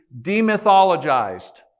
demythologized